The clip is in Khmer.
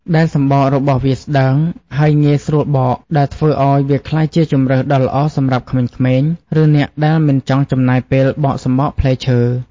ដែលសំបករបស់វាស្តើង ហើយងាយស្រួលបក ដែលធ្វើឲ្យវាក្លាយជាជម្រើសដ៏ល្អសម្រាប់ក្មេងៗ ឬអ្នកដែលមិនចង់ចំណាយពេលបកសំបកផ្លែឈើ។